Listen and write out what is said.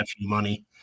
money